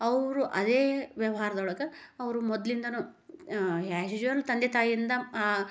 ಅವರು ಅದೇ ವ್ಯವಹಾರದೊಳಗೆ ಅವರು ಮೊದ್ಲಿಂದಲೂ ಆ್ಯಸ್ ಯೂಸ್ಯುವಲ್ ತಂದೆ ತಾಯಿಯಿಂದ ಆ